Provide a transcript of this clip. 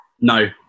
no